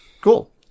Cool